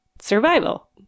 survival